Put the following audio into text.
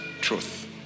truth